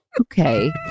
Okay